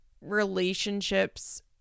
relationships